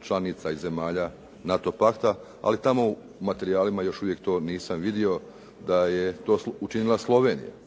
članica i zemalja NATO pakta, ali tako u materijalima još uvijek nisam vidio da je to učinila Slovenija